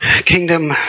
kingdom